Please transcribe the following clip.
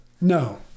No